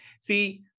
See